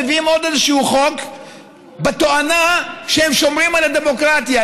מביאים עוד איזשהו חוק בתואנה שהם שומרים על הדמוקרטיה,